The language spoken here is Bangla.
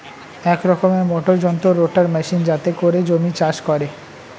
এক রকমের মোটর যন্ত্র রোটার মেশিন যাতে করে জমি চাষ করে